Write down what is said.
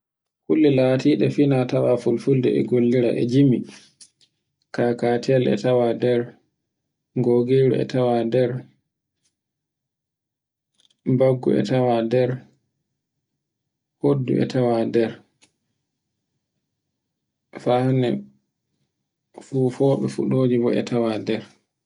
Kulla latiɗe fina tawa fulfulde e gollira na e jimi, Kakatel e tawa nder, gogirre e tawa nder, baggu e tawa nder, hoddu e tawa nder, fa hande fufuje fuɗobe bo e tawa nder.